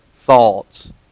thoughts